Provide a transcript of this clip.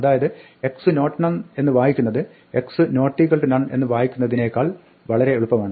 അതായത് x not None എന്ന് വായിക്കുന്നത് x not None എന്ന് വായിക്കുന്നതിനേക്കാൾ വളരെയേറെ എളുപ്പമാണ്